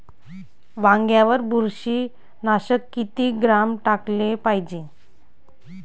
वांग्यावर बुरशी नाशक किती ग्राम टाकाले पायजे?